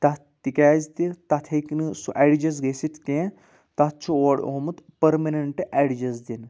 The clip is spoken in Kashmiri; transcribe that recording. تَتھ تِکیازِ تہِ تَتھ ہیٚکہِ نہٕ سُہ اَڈجسٹ گٔژھتھ کینٛہہ تَتھ چھُ اورٕ اومُت پٔرمَننٛٹ اٮ۪ڈجسٹ دِنہٕ